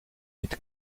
niet